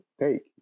take